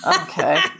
okay